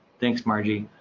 thanks margie.